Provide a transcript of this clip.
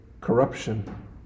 corruption